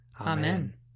Amen